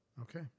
Okay